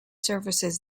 services